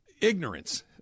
Ignorance